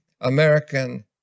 American